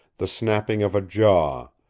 the snapping of a jaw,